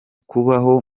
kubaho